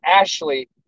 Ashley